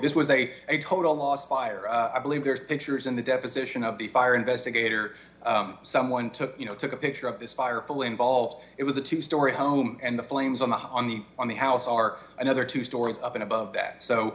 this was a total loss fire i believe there's pictures in the deposition of the fire investigator someone took you know took a picture of this fire fully involved it was a two story home and the flames on the on the on the house ark another two stories up and above that